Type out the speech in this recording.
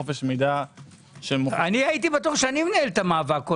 הייתי בטוח שאני מנהל את המאבק.